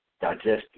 digestive